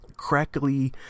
crackly